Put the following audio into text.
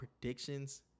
predictions